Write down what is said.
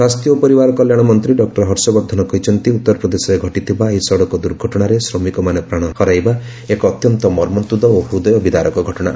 ସ୍ୱାସ୍ଥ୍ୟ ଓ ପରିବାର କଲ୍ୟାଣ ମନ୍ତ୍ରୀ ଡକ୍କର ହର୍ଷବର୍ଦ୍ଧନ କହିଛନ୍ତି ଉତ୍ତର ପ୍ରଦେଶରେ ଘଟିଥିବା ଏହି ସଡ଼କ ଦୁର୍ଘଟଣାରେ ଶ୍ରମିକମାନେ ପ୍ରାଣ ହରାଇବା ଏକ ଅତ୍ୟନ୍ତ ମର୍ମନ୍ତୁଦ ଓ ହୃଦୟ ବିଦାରକ ଘଟଣା